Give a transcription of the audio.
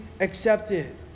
accepted